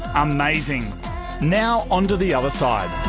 amazing now, on to the other side.